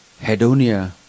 Hedonia